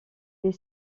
les